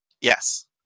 Yes